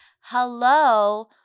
hello